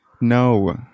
no